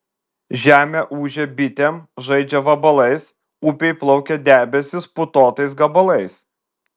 žemė ūžia bitėm žaidžia vabalais upėj plaukia debesys putotais gabalais